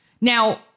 Now